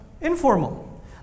informal